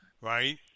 Right